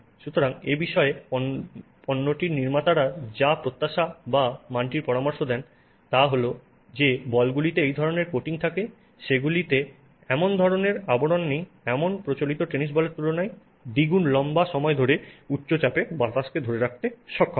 সুতরাং এ বিষয়ে পণ্যটির নির্মাতারা যে প্রত্যাশা বা মানটির পরামর্শ দেন তা হল যে বলগুলিতে এই ধরণের কোটিং থাকে সেগুলি যেগুলিতে এমন ধরণের আবরণ নেই এমন প্রচলিত টেনিস বলের তুলনায় দ্বিগুণ লম্বা সময় ধরে উচ্চ চাপে বাতাসকে ধরে রাখতে সক্ষম হয়